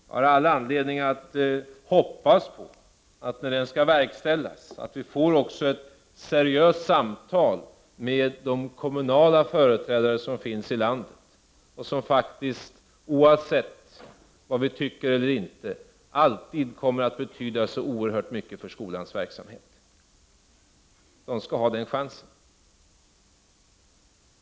Jag har all anledning att hoppas på att vi, när beslutet skall verkställas, kommer att få ett seriöst samtal med de kommunala företrädarna i landet som faktiskt, oavsett vad vi tycker, alltid kommer att betyda så mycket för skolans verksamhet. De skall ha den chansen.